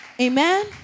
Amen